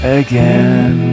again